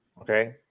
Okay